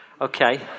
Okay